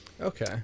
Okay